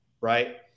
right